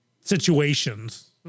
situations